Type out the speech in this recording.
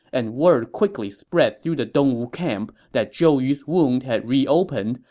and word quickly spread through the dongwu camp that zhou yu's wound had reopened,